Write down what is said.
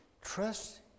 Trust